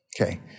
Okay